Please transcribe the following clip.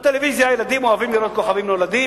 הילדים אוהבים לראות בטלוויזיה